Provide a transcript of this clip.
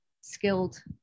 skilled